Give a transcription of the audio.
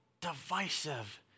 divisive